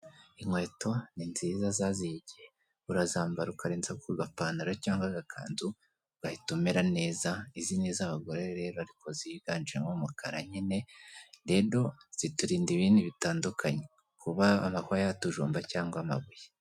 Inkweto ni nziza zazigiye igihe, urazambara ukarenza ku gapantaro cyangwa agakanzu, ugahita umera neza, izi ni iz'abagore rero ariko, ziganjemo umukara nyine rero ziturinda ibindi bitandukanye, kuba amahwayatujumba cyangwa amabuye.